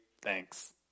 Thanks